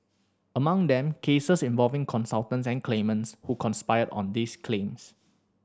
among them cases involving consultants and claimants who conspired on these claims